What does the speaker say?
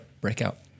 Breakout